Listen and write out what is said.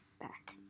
back